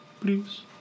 please